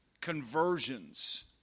conversions